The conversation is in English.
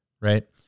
right